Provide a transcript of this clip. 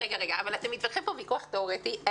אתם מתווכחים פה ויכוח תיאורטי.